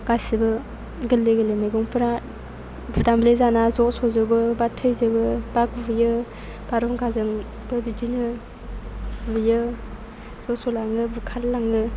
गासै बो गोरलै गोरलै मैगंफोरा बुदामब्लेजाना जस'जोबो बा थैजोबो बा गुयो बारहुंखाजोंबो बिदिनो गुयो जस'लाङो बुखारलाङो